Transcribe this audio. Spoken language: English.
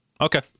Okay